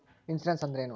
Insurance ಅಂದ್ರೇನು?